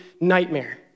nightmare